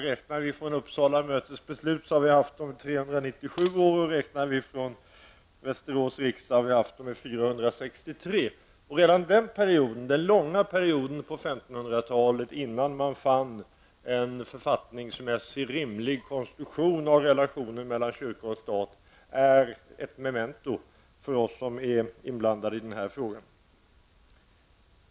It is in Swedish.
Om vi räknar från Uppsala mötes beslut har vi haft dem under 397 år, och om vi räknar från Västerås riksdag har vi haft dem under 463 år. Redan den långa perioden på 1500-talet, innan man fann en författningsmässigt rimlig konstruktion av relationerna mellan kyrka och stat, är ett memento för oss som är inblandade i den här frågan.